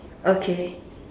okay